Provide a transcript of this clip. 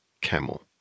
camel